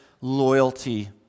loyalty